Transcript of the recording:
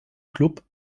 club